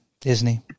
Disney